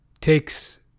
takes